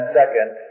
second